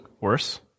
worse